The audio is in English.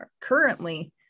currently